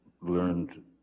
learned